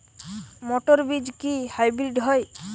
মটর বীজ কি হাইব্রিড হয়?